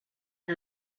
can